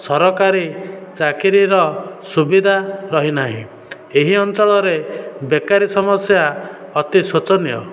ସରକାରୀ ଚାକିରିର ସୁବିଧା ରହିନାହିଁ ଏହି ଅଞ୍ଚଳରେ ବେକାରୀ ସମସ୍ୟା ଅତି ଶୋଚନୀୟ